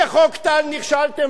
בחוק טל נכשלתם,